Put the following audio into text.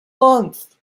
month